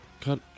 cut